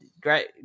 Great